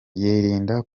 yirinda